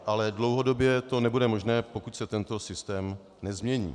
Ale dlouhodobě to nebude možné, pokud se tento systém nezmění.